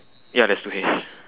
ya there's two hays